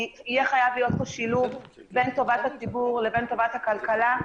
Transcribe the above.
כי יהיה חייב להיות פה שילוב בין טובת הציבור לבין טובת הכלכלה.